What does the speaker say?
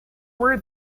were